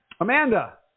Amanda